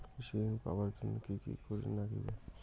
কৃষি ঋণ পাবার জন্যে কি কি করির নাগিবে?